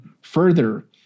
further